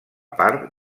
part